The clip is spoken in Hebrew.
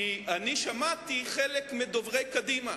כי אני שמעתי חלק מדוברי קדימה.